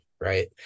right